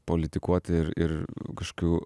politikuoti ir ir kažkokiu